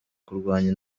kurwanya